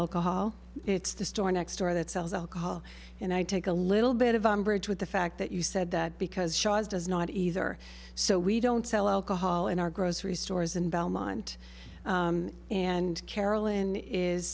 alcohol it's the store next door that sells alcohol and i take a little bit of umbrage with the fact that you said that because shaw's does not either so we don't sell alcohol in our grocery stores and belmont and carolyn is